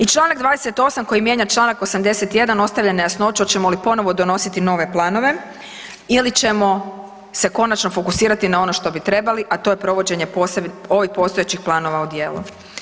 I čl. 28. koji mijenja čl. 81. ostavlja nejasnoću hoćemo li ponovno donositi nove planove ili ćemo se konačno fokusirati na ono što bi trebali a to je provođenje ovih postojećih planova u djelo.